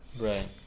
Right